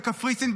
בקפריסין,